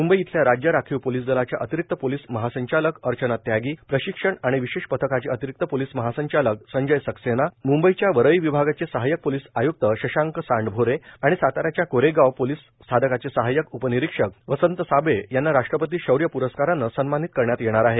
मुंबई इथल्या राज्य राखीव पोलीस दलाच्या अतिरिक्त पोलीस महासंचालक अर्चना त्यागी प्रशिक्षण आणि विशेष पथकाचे अतिरिक्त पोलीस महासंचालक संजय सक्सेना मुंबईच्या वरळी विभागाचे सहाय्यक पोलीस आयुक्त शशांक सांडभोरे आणि साता याच्या कोरेगाव पोलीस स्थानकाचे सहाय्यक उपनिरिक्षक वसंत साबळे यांना राष्ट्रपती शौर्य प्रस्कारानं सन्मानित करण्यात येणार आहे